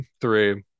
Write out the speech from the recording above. three